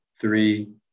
three